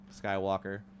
Skywalker